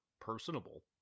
personable